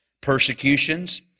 persecutions